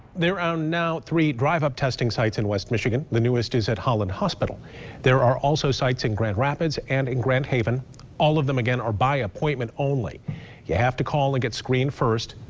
there are now three drive-up testing sites in west michigan the newest is at holland hospital there are also sites in grand rapids and and grand haven all of them are by appointment only you have to call and get screened first.